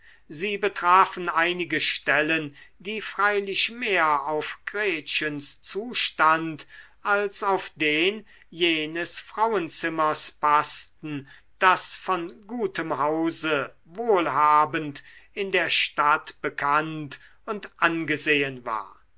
sie betrafen einige stellen die freilich mehr auf gretchens zustand als auf den jenes frauenzimmers paßten das von gutem hause wohlhabend in der stadt bekannt und angesehen war